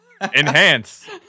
Enhance